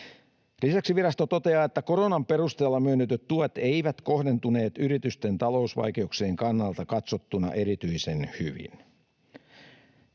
Lisäksi virasto toteaa, että koronan perusteella myönnetyt tuet eivät kohdentuneet yritysten talousvaikeuksien kannalta katsottuna erityisen hyvin.